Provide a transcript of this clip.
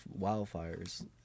wildfires